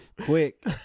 Quick